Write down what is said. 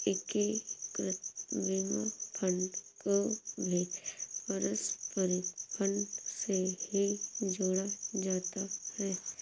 एकीकृत बीमा फंड को भी पारस्परिक फंड से ही जोड़ा जाता रहा है